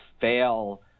fail